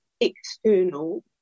external